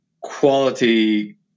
quality